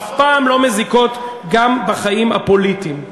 גם בחיים הפוליטיים.